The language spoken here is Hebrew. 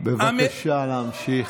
בבקשה להמשיך.